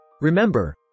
Remember